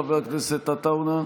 חבר הכנסת עטאונה?